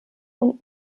und